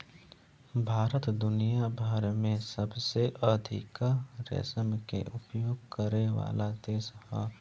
भारत दुनिया भर में सबसे अधिका रेशम के उपयोग करेवाला देश ह